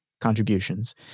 contributions